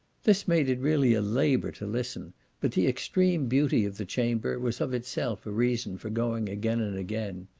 this made it really a labour to listen but the extreme beauty of the chamber was of itself a reason for going again and again.